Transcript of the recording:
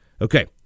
Okay